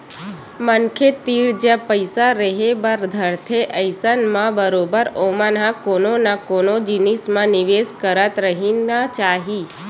मनखे तीर जब पइसा रेहे बर धरथे अइसन म बरोबर ओमन ल कोनो न कोनो जिनिस म निवेस करत रहिना चाही